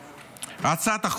הכנסת, אבקש לשמור על השקט.